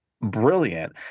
brilliant